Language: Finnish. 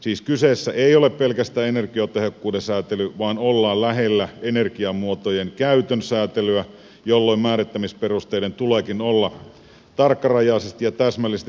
siis kyseessä ei ole pelkästään energiatehokkuuden sääntely vaan ollaan lähellä energiamuotojen käytön sääntelyä jolloin määrittämisperusteiden tuleekin olla tarkkarajaisesti ja täsmällisesti lain tasolla